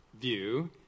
view